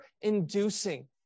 inducing